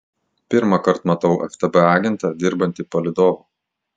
pirmąkart matau ftb agentą dirbantį palydovu